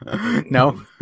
no